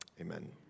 Amen